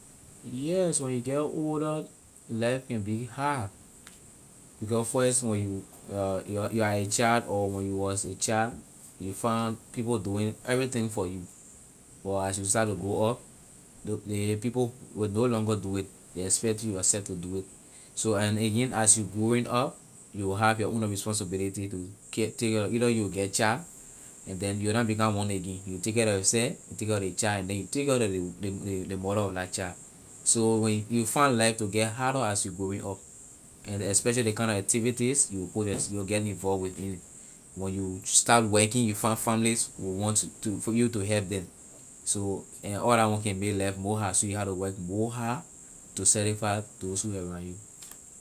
Yes when you get older life can be hard because first when you you are a child or when you was a child you will find people doing everything for you but as you start to go up people will no longer do it they expect you yourself to do it so and again as you growing up you will have your owner responsibility to care take your either you will get child and then you will na become one again you will take care lor yourself take care lor ley child and take care lor ley ley ley mother of la child so when you will find life to get harder as you going up especially ley kind na activity you will put yours- you wil get involve within when start working you families will want to for you to help them so and all la one can make life more hard so you have to work more hard for you satisfy those who around you.